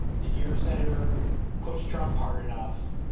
did your senator push trump hard enough?